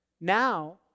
Now